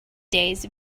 days